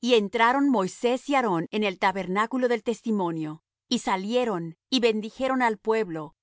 y entraron moisés y aarón en el tabernáculo del testimonio y salieron y bendijeron al pueblo